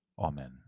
Amen